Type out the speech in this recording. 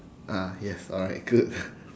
ah yes alright good